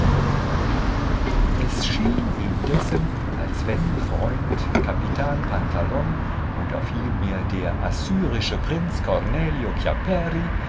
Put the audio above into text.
es schien indessen als wenn freund capitan pantalon oder vielmehr der assyrische prinz cornelio